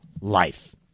life